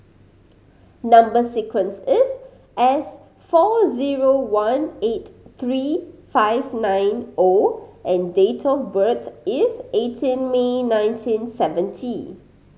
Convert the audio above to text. number sequence is S four zero one eight three five nine O and date of birth is eighteen May nineteen seventy